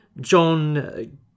John